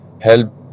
help